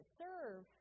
serve